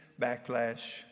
backlash